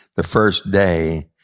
the first day,